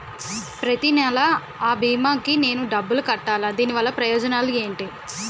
ప్రతినెల అ భీమా కి నేను డబ్బు కట్టాలా? దీనివల్ల ప్రయోజనాలు ఎంటి?